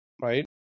right